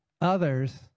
others